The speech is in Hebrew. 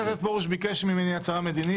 כמו למשל תוכניות "תגלית",